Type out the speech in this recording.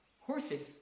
Horses